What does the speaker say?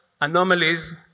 anomalies